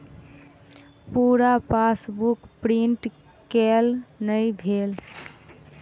पूरा passbook print केल नहि भेल